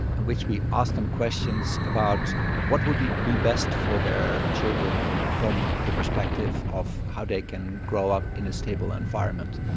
in which we ask them questions about what would be best for their children from the perspective of how they can grow up in a stable environment.